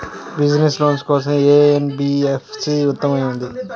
Business loan కోసం ఏ NBFC ఉత్తమమైనది?